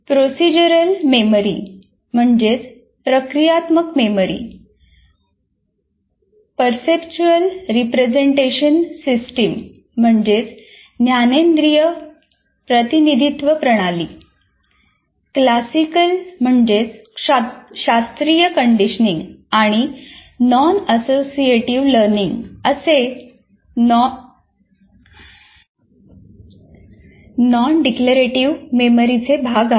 procedural conditioning आणि non associative learning असे nondeclarative मेमरीचे भाग आहेत